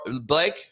Blake